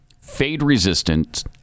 fade-resistant